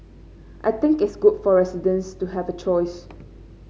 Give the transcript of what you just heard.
I think it's good for residents to have a choice